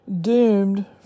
doomed